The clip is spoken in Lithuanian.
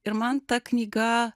ir man ta knyga